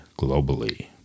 globally